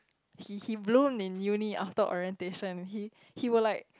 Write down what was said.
he he blown in uni after orientation he he were like